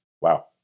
Wow